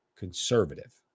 Conservative